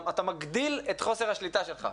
אתה מגדיל את חוסר השליטה שלך.